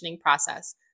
process